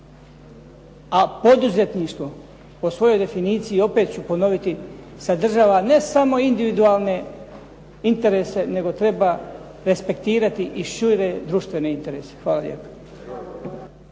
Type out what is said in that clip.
A poduzetništvo po svojoj definiciji, opet ću ponoviti, sadržava ne samo individualne interese, nego treba respektirati i šire društvene interese. Hvala lijepo.